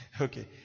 Okay